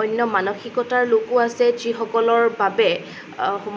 অন্য মানসিকতাৰ লোকো আছে যিসকলৰ বাবে